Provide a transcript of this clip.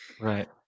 Right